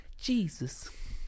Jesus